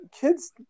Kids